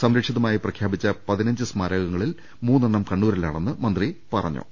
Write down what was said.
സംരക്ഷിതമായി പ്രഖ്യാപിച്ച പതിനഞ്ച് സ്മാരകങ്ങളിൽ മൂന്നെണ്ണം കണ്ണൂ രിലാണെന്ന് മന്ത്രി പറഞ്ഞു